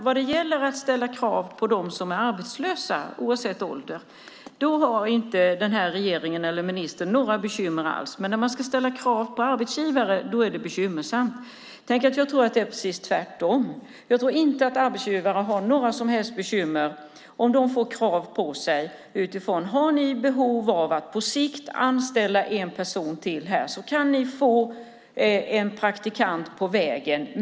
Vad gäller att ställa krav på de arbetslösa, oavsett ålder, har inte regeringen eller ministern några bekymmer alls. Men när man ska ställa krav på arbetsgivare är det bekymmersamt. Jag tror att det är precis tvärtom. Jag tror inte att arbetsgivare har några som helst bekymmer om de får krav på sig. Har ni behov av att på sikt anställa en person här kan ni få en praktikant på vägen.